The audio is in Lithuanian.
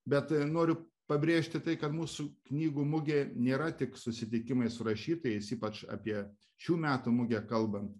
bet noriu pabrėžti tai kad mūsų knygų mugė nėra tik susitikimai su rašytojais ypač apie šių metų mugę kalbant